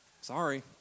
Sorry